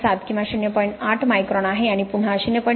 07 किंवा 08 मायक्रॉन आहे आणि पुन्हा 0